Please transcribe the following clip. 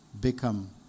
become